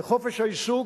חופש העיסוק,